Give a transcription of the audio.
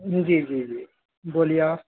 جی جی جی بولیے آپ